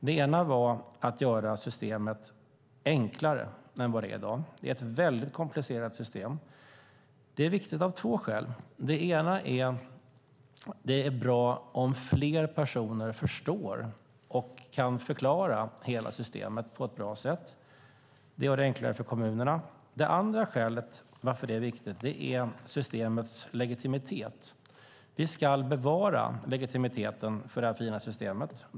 Den ena frågan var att göra systemet enklare än vad det är i dag, för det är ett väldigt komplicerat system. Det är viktigt av två skäl. Det ena är att det är bra om fler personer förstår och kan förklara hela systemet på ett bra sätt. Det gör det enklare för kommunerna. Det andra skälet till att det är viktigt handlar om systemets legitimitet. Vi ska bevara legitimiteten för det här fina systemet.